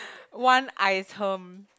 one item